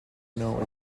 know